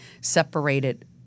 separated